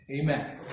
Amen